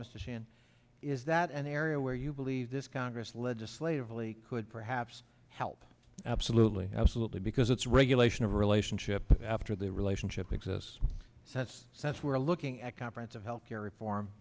shand is that an area where you believe this congress legislatively could perhaps help absolutely absolutely because it's regulation of relationship after the relationship exists that's since we're looking at conference of health care reform